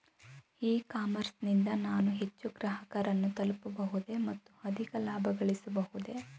E commerce ನಿಂದ ನಾನು ಹೆಚ್ಚು ಗ್ರಾಹಕರನ್ನು ತಲುಪಬಹುದೇ ಮತ್ತು ಅಧಿಕ ಲಾಭಗಳಿಸಬಹುದೇ?